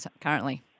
currently